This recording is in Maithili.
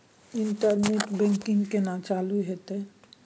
इंटरनेट बैंकिंग केना चालू हेते?